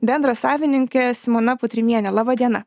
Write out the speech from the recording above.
bendrasavininkė simona putrimienė laba diena